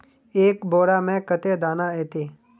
एक बोड़ा में कते दाना ऐते?